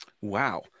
Wow